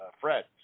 Fred